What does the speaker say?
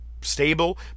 stable